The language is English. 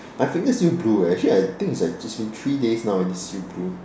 my finger's still blue eh actually I think it's like it's been three days now and it's still blue